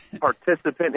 participant